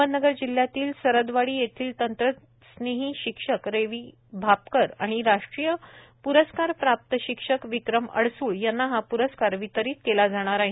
अहमदनगर जिल्ह्यातील सरदवाडी येथील तंत्रस्नेही शिक्षक रवी भापकर आणि राष्ट्रीय प्रस्कार प्राप्त शिक्षक विक्रम अडसूळ यांना हा प्रस्कार वितरित केला जाणार आहे